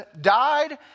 died